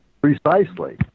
Precisely